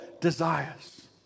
desires